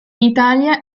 italia